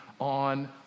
on